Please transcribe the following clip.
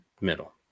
middle